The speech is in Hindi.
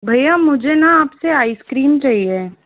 भैया मुझे न आपसे आइसक्रीम चाहिए